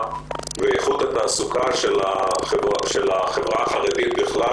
ואיכות התעסוקה של החברה החרדית בכלל,